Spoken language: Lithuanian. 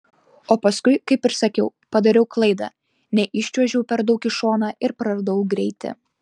o paskui kaip sakiau padariau klaidą neiščiuožiau per daug į šoną ir praradau greitį